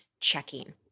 checking